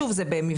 שוב זה במבנה,